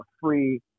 free